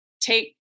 take